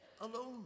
alone